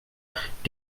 dfb